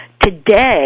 Today